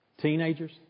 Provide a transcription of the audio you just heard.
Teenagers